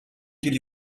till